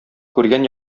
күргән